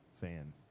fan